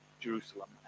Jerusalem